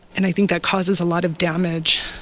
and i think that causes a lot of damage.